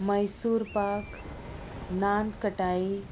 Mysore pak nankhatai